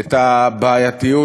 את הבעייתיות,